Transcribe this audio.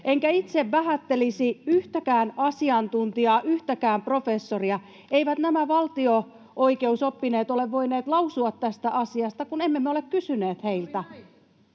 Enkä itse vähättelisi yhtäkään asiantuntijaa, yhtäkään professoria. Eivät nämä valtio-oikeusoppineet ole voineet lausua tästä asiasta, kun emme me ole kysyneet heiltä.